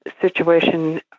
situation